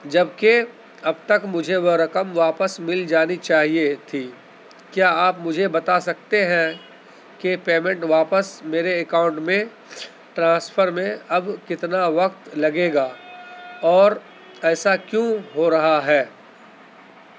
جبکہ اب تک مجھے وہ رقم واپس مل جانی چاہیے تھی کیا آپ مجھے بتا سکتے ہیں کہ پیمنٹ واپس میرے اکاؤنٹ میں ٹرانسفر میں اب کتنا وقت لگے گا اور ایسا کیوں ہو رہا ہے